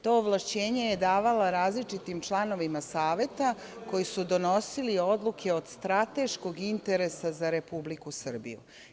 To ovlašćenje je davala različitim članovima Saveta, koji su donosili odluke od strateškog interesa za Republiku Srbiju.